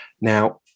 Now